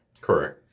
Correct